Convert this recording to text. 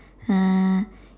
uh